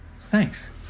thanks